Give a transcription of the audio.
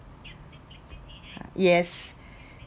yes